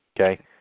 Okay